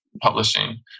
publishing